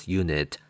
unit